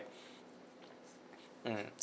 mmhmm